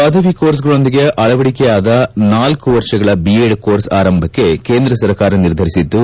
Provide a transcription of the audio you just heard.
ಪದವಿ ಕೋರ್ಸ್ಗಕೊಂದಿಗೆ ಅಳವಡಿಕೆಯಾದ ನಾಲ್ಲು ವರ್ಷಗಳ ಬಿಎಡ್ ಕೋರ್ಸ್ ಆರಂಭಕ್ಷೆ ಕೇಂದ್ರ ಸರ್ಕಾರ ನಿರ್ಧರಿಸಿದ್ದು